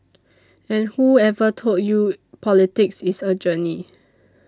and whoever told you politics is a journey